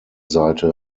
seite